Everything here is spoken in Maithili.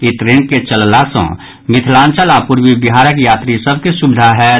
ई ट्रेन के चलला सँ मिथिलांचल आओर पूर्वी बिहारक यात्री सभ के सुविधा होयत